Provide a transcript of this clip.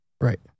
Right